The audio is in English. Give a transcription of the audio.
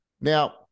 Now